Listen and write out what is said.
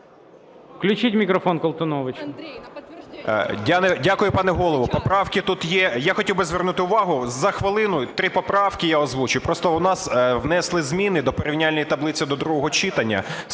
Включіть мікрофон Колтуновича.